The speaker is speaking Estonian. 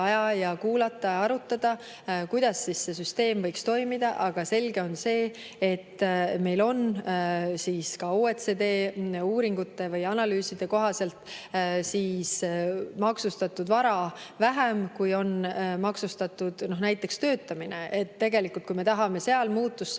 et kuulata ja arutada, kuidas see süsteem võiks toimida, aga selge on see, et meil on ka OECD uuringute või analüüside kohaselt maksustatud vara vähem, kui on maksustatud näiteks töötamine. Tegelikult, kui me tahame seal muutust saavutada,